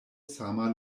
sama